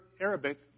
Arabic